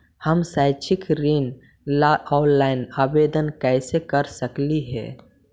हम शैक्षिक ऋण ला ऑनलाइन आवेदन कैसे कर सकली हे?